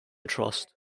trust